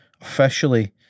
officially